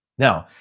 now,